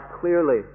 clearly